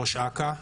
ראש אכ"א,